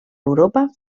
europa